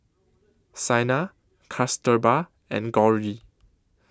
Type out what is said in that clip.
Saina Kasturba and Gauri